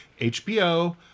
HBO